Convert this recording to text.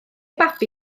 babi